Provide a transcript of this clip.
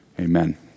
amen